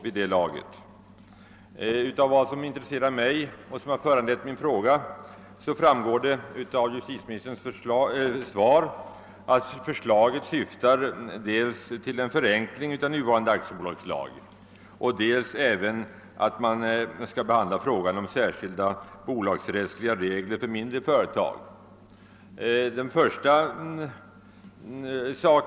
Vad angår de ting som intresserar mig och som har föranlett min fråga framgår det av justitieministerns svar dels att förslaget syftar till en förenkling av nuvarande aktiebolagslag, dels att man även skall behandla frågan om särskilda bolagsrättsliga regler för mindre företag.